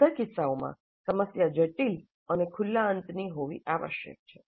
બધા કિસ્સાઓમાં સમસ્યા જટિલ અને ખુલ્લી અંતની હોવી આવશ્યક છે